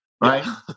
right